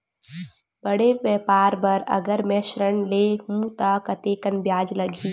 बड़े व्यापार बर अगर मैं ऋण ले हू त कतेकन ब्याज लगही?